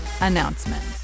announcement